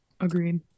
Agreed